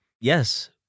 yes